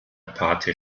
pate